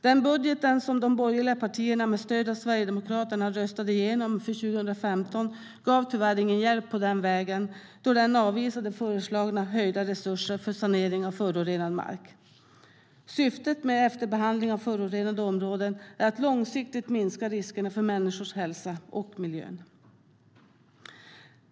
Den budget som de borgerliga partierna med stöd av Sverigedemokraterna röstade igenom för 2015 gav tyvärr ingen hjälp på den vägen, då den avvisade föreslagna höjda resurser för sanering av förorenad mark. Syftet med efterbehandling av förorenade områden är att långsiktigt minska riskerna för människors hälsa och miljön.